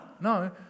No